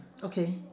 okay